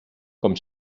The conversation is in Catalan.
com